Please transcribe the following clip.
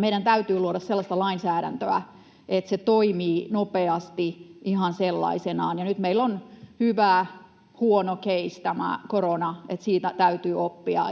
Meidän täytyy luoda sellaista lainsäädäntöä, että se toimii nopeasti ihan sellaisenaan, ja nyt meillä on hyvä huono case tämä korona. Siitä täytyy oppia,